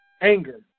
anger